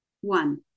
One